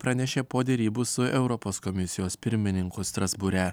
pranešė po derybų su europos komisijos pirmininku strasbūre